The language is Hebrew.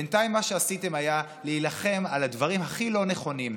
בינתיים מה שעשיתם היה להילחם על הדברים הכי לא נכונים.